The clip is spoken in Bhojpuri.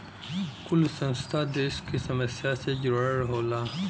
कुल संस्था देस के समस्या से जुड़ल होला